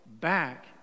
back